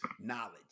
knowledge